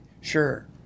sure